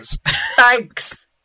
thanks